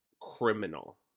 Criminal